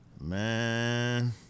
man